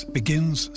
begins